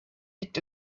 liegt